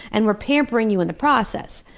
and we're pampering you in the process.